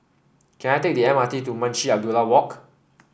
can I take the M R T to Munshi Abdullah Walk